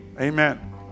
Amen